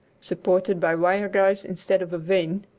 supported by wire guys instead of a vane,